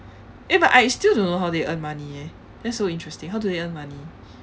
eh but I still don't know how they earn money eh that's so interesting how do they earn money